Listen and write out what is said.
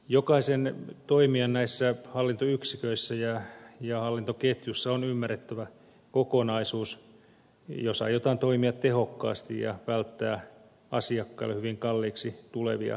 jokaisen toimijan näissä hallintoyksiköissä ja hallintoketjussa on ymmärrettävä kokonaisuus jos aiotaan toimia tehokkaasti ja välttää asiakkaille hyvin kalliiksi tulevia ratkaisuja